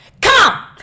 come